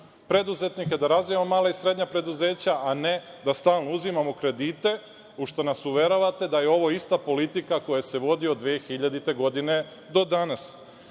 preduzetnike, da razvijamo mala i srednja preduzeća, a ne da stalno uzimamo kredite, u šta nas uveravate, da je ovo ista politika koja se vodi od 2000. godine do danas. Što